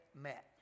met